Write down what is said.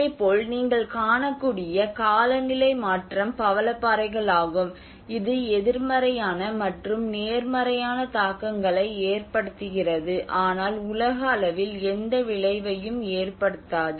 இதேபோல் நீங்கள் காணக்கூடிய காலநிலை மாற்றம் பவளப்பாறைகள் ஆகும் இது எதிர்மறையான மற்றும் நேர்மறையான தாக்கங்களை ஏற்படுத்துகிறது ஆனால் உலக அளவில் எந்த விளைவையும் ஏற்படுத்தாது